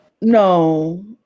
No